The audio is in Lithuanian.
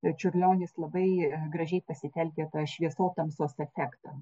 čiurlionis labai gražiai pasitelkia šviesos tamsos efektą